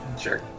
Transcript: Sure